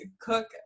cook